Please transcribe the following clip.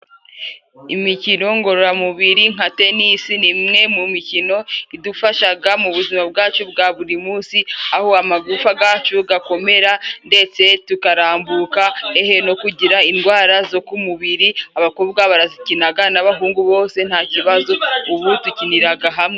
Imikino ngororamubiri nka tenisi ni imwe mu mikino idufashaga mu buzima bwacu bwa buri munsi, aho amagufa gacu gakomera ndetse tukarambuka, hehe no kugira indwara zo ku mubiri, abakobwa barazikinaga n'abahungu bose nta kibazo, ubu dukiniraga hamwe.